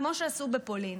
כמו שעשו בפולין.